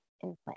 implant